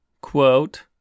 Quote